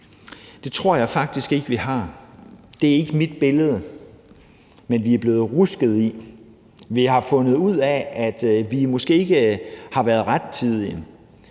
Det tror jeg faktisk ikke vi har. Det er ikke mit billede, men vi er blevet rusket i. Vi har fundet ud af, at vi måske ikke har været rettidige.